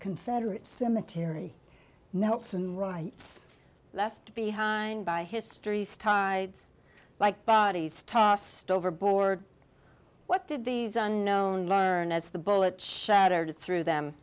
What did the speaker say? confederate cemetery nelson writes left behind by history's tides like bodies tossed overboard what did these unknown learn as the bullet shattered through them